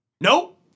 Nope